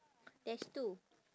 there's two